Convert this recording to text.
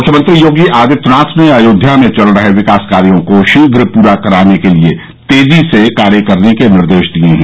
मुख्यमंत्री योगी आदित्यनाथ ने अयोध्या में चल रहे विकास कार्यो को शीघ्र पूरा करने के लिये तेजी से कार्य करने के निर्देश दिये हैं